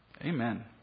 Amen